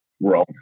wrong